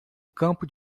campo